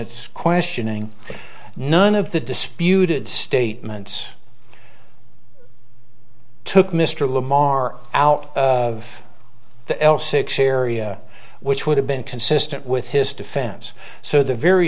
its questioning that none of the disputed statements took mr lamar out of the l six area which would have been consistent with his defense so the very